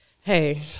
Hey